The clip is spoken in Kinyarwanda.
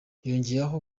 yongeraho